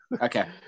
okay